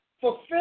fulfill